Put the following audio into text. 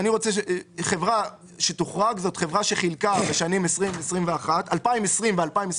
אני רוצה שחברה שתוחרג היא "חברה שחילקה בשנים 2020-2021 דיבידנד